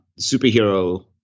superhero